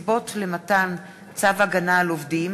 (נסיבות למתן צו הגנה על עובדים),